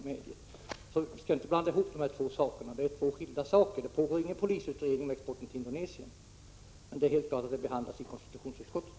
Vi skall alltså inte blanda ihop dessa två saker. Det pågår ingen polisutredning om exporten till Indonesien, men ärendet skall behandlas av konstitutionsutskottet.